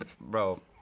Bro